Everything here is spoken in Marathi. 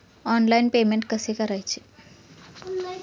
ऑनलाइन पेमेंट कसे करायचे?